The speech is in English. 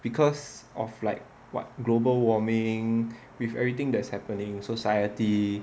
because of like what global warming with everything that's happening society